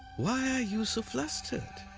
why are you so flustered?